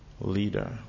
leader